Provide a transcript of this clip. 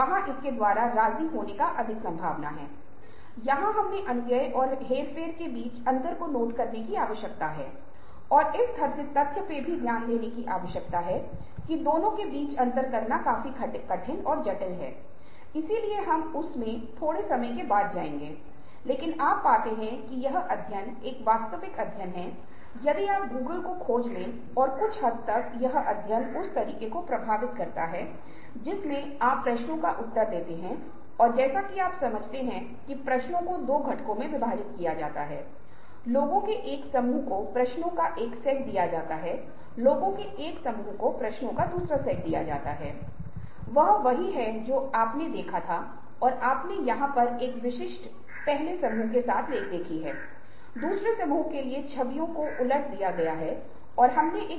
भावनात्मक प्रबंधन इनसे संबंधित है की आप अपनी भावनाओं का ख्याल रखते हैं और एक बार जब आप अपनी भावनाओं का ख्याल रखते हैं तो अनुभूति उसी के अनुसार प्रभावित होगी और जैसा कि आपने सीखा है कि अगर आप आक्रामक हैं